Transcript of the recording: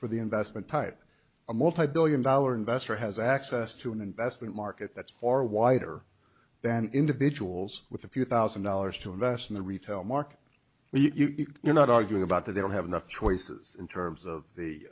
for the investment type a multibillion dollar investor has access to an investment market that's far wider than individuals with a few thousand dollars to invest in the retail market you're not arguing about that they don't have enough choices in terms of the